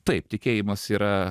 taip tikėjimas yra